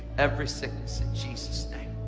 every sickness in jesus' name.